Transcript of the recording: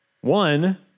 One